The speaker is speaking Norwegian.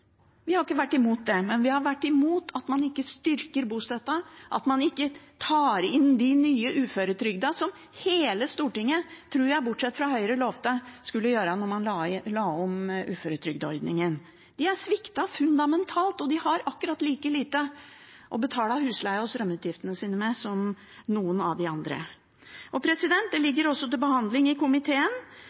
Vi har ikke vært imot det, men vi har vært imot at man ikke styrker bostøtten, at man ikke tar inn de nye uføretrygdede, som hele Stortinget, tror jeg, bortsett fra Høyre, lovte man skulle gjøre da man la om uføretrygdeordningen. De er sviktet fundamentalt, og de har akkurat like lite å betale husleien og strømutgiftene med som noen av de andre. Det ligger nå også til behandling i komiteen